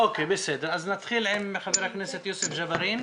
אוקיי, בסדר, אז נתחיל עם חבר הכנסת יוסף ג'בארין.